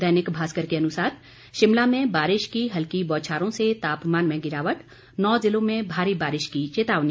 दैनिक भास्कर के अनुसार शिमला में बारिश की हल्की बौछारों से तापमान में गिरावट नौ जिलों में भारी बारिश की चेतावनी